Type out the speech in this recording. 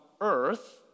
earth